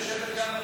כשאת יושבת כאן,